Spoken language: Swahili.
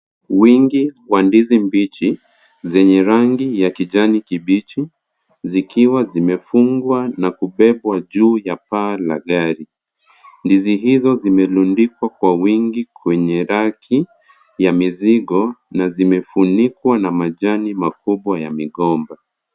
Wingi wa ndizi mbichi zenye rangi ya kijani kibichi, zikiwa zimefungwa na kubebwa juu ya paa la gari. Ndizi hizo zimerundikwa kwa wingi kwenye raki ya mizigo na zimefunikwa na majani makubwa ya migomba.